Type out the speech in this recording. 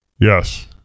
Yes